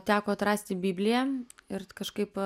teko atrasti bibliją ir kažkaip